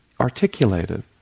articulated